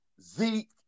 Zeke